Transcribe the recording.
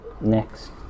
next